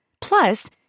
Plus